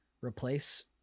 replace